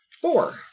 four